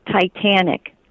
Titanic